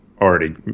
already